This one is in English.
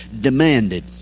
demanded